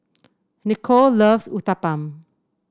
Nicolle loves Uthapam